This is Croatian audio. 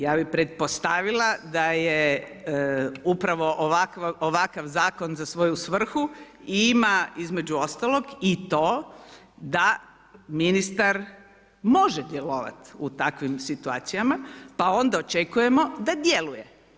Ja bi pretpostavila da je upravo ovakav zakon za svoju svrhu i ima između ostalog i to da ministar može djelovati u takvim situacijama, pa onda očekujemo da djeluje.